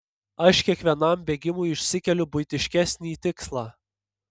aš kiekvienam bėgimui išsikeliu buitiškesnį tikslą